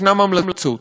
יש המלצות.